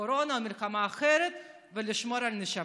קורונה או מלחמה אחרת, ולשמור על הנשמה.